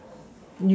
you